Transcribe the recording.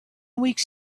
weeks